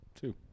two